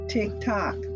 TikTok